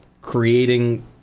creating